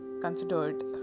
considered